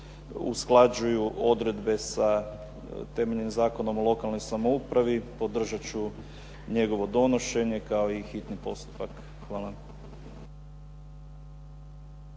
usklađuju odredbe sa temeljnim Zakonom o lokalnoj samoupravu podržat ću njegovo donošenje kao i hitni postupak. Hvala.